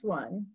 one